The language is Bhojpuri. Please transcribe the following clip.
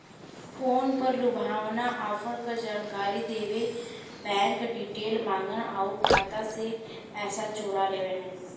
फ़ोन पर लुभावना ऑफर क जानकारी देके बैंक डिटेल माँगन आउर खाता से पैसा चोरा लेवलन